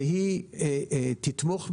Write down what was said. והיא תתמוך בזה,